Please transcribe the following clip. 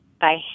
Bye